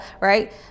Right